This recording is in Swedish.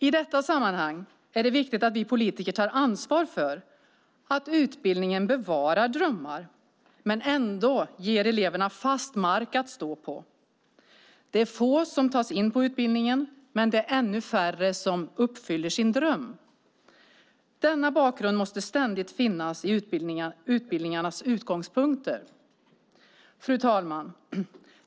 I detta sammanhang är det viktigt att vi politiker tar ansvar för att utbildningen bevarar drömmar men ändå ger eleverna fast mark att stå på. Det är få som tas in på utbildningen, men det är ännu färre som uppfyller sin dröm. Denna bakgrund måste ständigt finnas i utbildningarnas utgångspunkter. Fru talman!